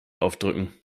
aufdrücken